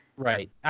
Right